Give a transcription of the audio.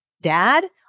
dad